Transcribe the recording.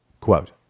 Quote